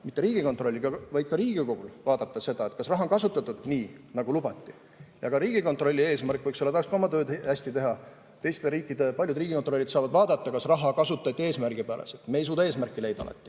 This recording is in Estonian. mitte Riigikontrollil, vaid ka Riigikogul vaadata seda, kas raha on kasutatud nii, nagu lubati. Ka Riigikontrolli eesmärk võiks olla, et tahaks ka oma tööd hästi teha. Teiste riikide paljud riigikontrollid saavad vaadata, kas raha kasutati eesmärgipäraselt. Me ei suuda eesmärki leida alati